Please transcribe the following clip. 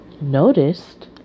noticed